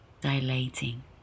dilating